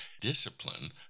discipline